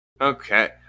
Okay